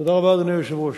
תודה רבה, אדוני היושב-ראש.